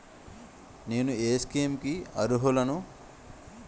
నేను ఏ స్కీమ్స్ కి అరుహులను?